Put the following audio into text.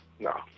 No